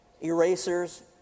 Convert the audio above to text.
erasers